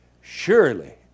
surely